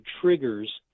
triggers